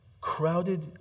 crowded